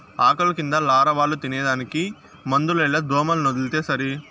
ఆకుల కింద లారవాలు తినేదానికి మందులేల దోమలనొదిలితే సరి